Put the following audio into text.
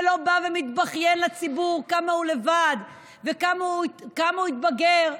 ולא בא ומתבכיין לציבור כמה הוא לבד וכמה הוא התבגר,